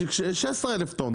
16,000 טון.